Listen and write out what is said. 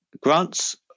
grants